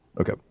okay